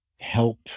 help